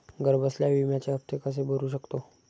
घरबसल्या विम्याचे हफ्ते कसे भरू शकतो?